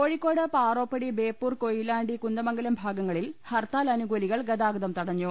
കോഴിക്കോട് പാറോപ്പടി ബേപ്പൂർ കൊയിലാണ്ടി കുന്ദമംഗലം ഭാഗങ്ങളിൽ ഹർത്താലനുകൂലികൾ ഗതാഗതം തടഞ്ഞു